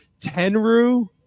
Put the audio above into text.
Tenru